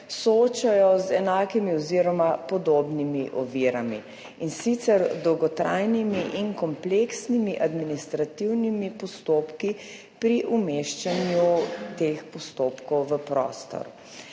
soočajo z enakimi oziroma podobnimi ovirami, in sicer z dolgotrajnimi in kompleksnimi administrativnimi postopki pri umeščanju teh postopkov v prostor,